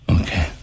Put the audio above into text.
Okay